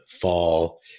fall